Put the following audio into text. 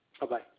Bye-bye